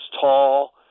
tall